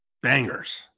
bangers